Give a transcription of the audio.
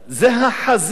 זו החזית